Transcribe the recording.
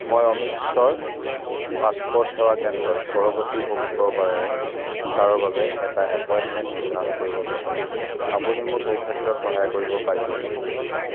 মই অমৃতসৰ পাছপোৰ্ট সেৱা কেন্দ্ৰত পৰৱৰ্তী শুক্ৰবাৰে বাৰৰ বাবে এটা এপইণ্টমেণ্ট নিৰ্ধাৰণ কৰিব বিচাৰোঁ আপুনি মোক এই ক্ষেত্ৰত সহায় কৰিব পাৰিবনে